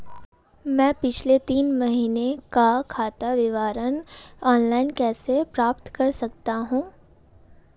मैं पिछले तीन महीनों का खाता विवरण ऑनलाइन कैसे प्राप्त कर सकता हूं?